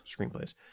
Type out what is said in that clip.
screenplays